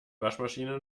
waschmaschine